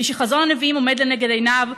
מי שחזון הנביאים עומד לנגד עיניו,